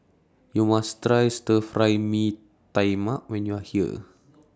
YOU must Try Stir Fry Mee Tai Mak when YOU Are here